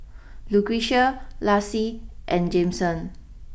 Lucretia Lassie and Jameson